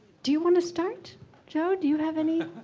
do you want to start joe do you have any.